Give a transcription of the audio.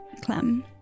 Clem